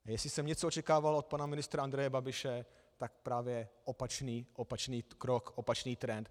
Jestli jsem něco očekával od pana ministra Andreje Babiše, tak právě opačný krok, opačný trend.